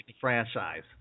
franchise